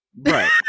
Right